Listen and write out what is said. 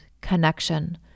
connection